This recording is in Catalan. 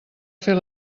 fer